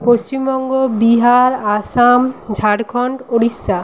Paschimbanga Bihar Assam Jharkhand Orissa